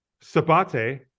Sabate